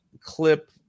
clip